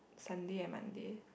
Sunday and Monday